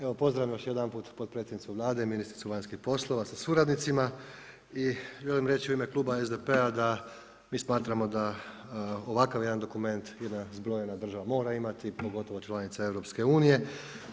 Evo pozdravljam još jedanput potpredsjednicu Vlade, ministricu vanjskih poslova sa suradnicima i želim reći u ime kluba SDP-da da mi smatramo da ovakav jedan dokument jedna zbrojena država mora imati, pogotovo članica EU-a.